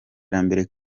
kandi